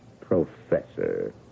professor